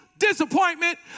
disappointment